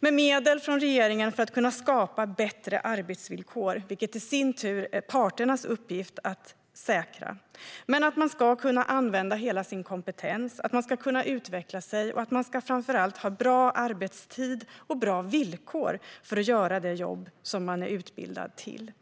med medel från regeringen för att det ska kunna skapas bättre arbetsvillkor, vilket det i sin tur är parternas uppgift att säkra. Det handlar om att man ska kunna använda hela sin kompetens och att man ska kunna utveckla sig. Man ska framför allt ha bra arbetstider och bra villkor för att göra det jobb som man är utbildad till.